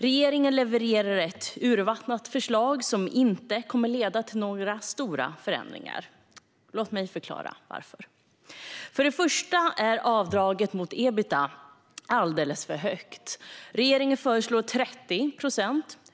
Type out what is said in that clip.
Regeringen levererar ett urvattnat förslag som inte kommer att leda till några stora förändringar. Låt mig förklara varför. För det första är avdraget mot ebitda alldeles för högt. Regeringen föreslår 30 procent.